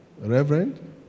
reverend